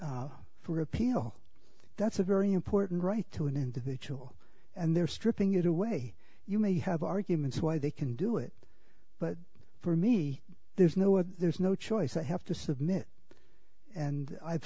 s for appeal that's a very important right to an individual and they're stripping it away you may have arguments why they can do it but for me there's no there's no choice i have to submit and i've